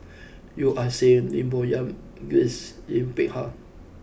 Yeo Ah Seng Lim Bo Yam and Grace Yin Peck Ha